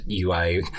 ui